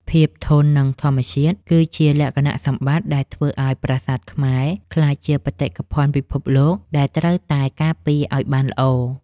ភាពធន់នឹងធម្មជាតិគឺជាលក្ខណៈសម្បត្តិដែលធ្វើឱ្យប្រាសាទខ្មែរក្លាយជាបេតិកភណ្ឌពិភពលោកដែលត្រូវតែការពារឱ្យបានល្អ។